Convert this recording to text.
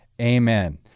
Amen